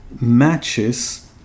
matches